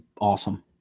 awesome